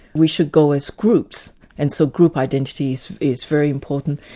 we should go as groups and so group identity so is very important.